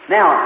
Now